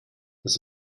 das